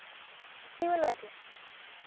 AC ᱵᱟᱞᱟ ᱜᱮ